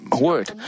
word